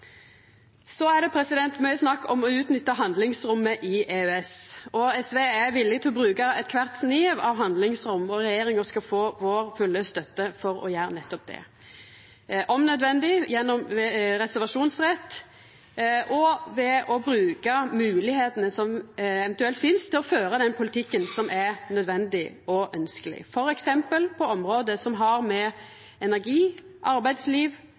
Det er mykje snakk om å utnytta handlingsrommet i EØS. SV er villig til å bruka kvar ein snev av handlingsrom. Regjeringa skal få vår fulle støtte til å gjera nettopp det, om nødvendig gjennom reservasjonsrett og ved å bruka moglegheitene som eventuelt finst til å føra den politikken som er nødvendig og ønskjeleg, f.eks. på område som har med energi, arbeidsliv